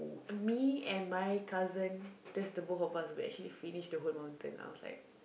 me and my cousin just the both of us we actually finish the whole mountain I was like